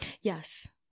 Yes